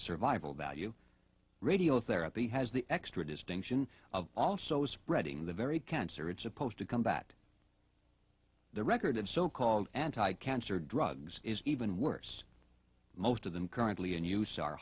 survival value radiotherapy has the extra distinction of also spreading the very cancer it's supposed to combat the record of so called anti cancer drugs is even worse most of them currently in use are